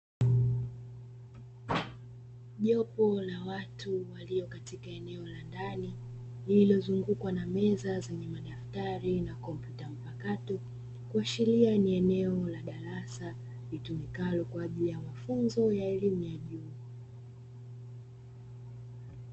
Jopo la watu walio katika eneo la ndani, lililozungukwa na meza zenye madaftali na kompyuta mpakato, kuashiria ni eneo la darasa, litumikalo kwa ajili ya mafunzo ya elimu ya juu.